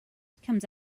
comes